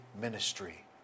ministry